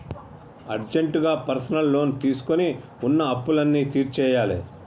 అర్జెంటుగా personal loan తీసుకొని వున్న అప్పులన్నీ తీర్చేయ్యాలే